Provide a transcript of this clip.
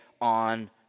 on